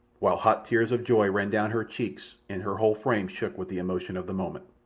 while hot tears of joy ran down her cheeks and her whole frame shook with the emotion of the moment.